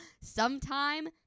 sometime